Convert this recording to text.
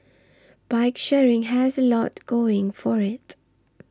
bike sharing has a lot going for it